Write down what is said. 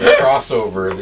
crossover